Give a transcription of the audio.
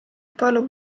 palub